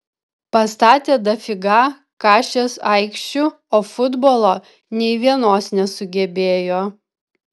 pastatė dafiga kašės aikščių o futbolo nei vienos nesugebėjo